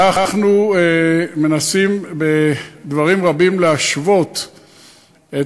1 2. אנחנו מנסים בדברים רבים להשוות את